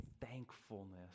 thankfulness